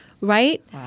Right